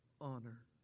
honor